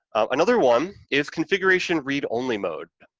another one is configuration read-only mode.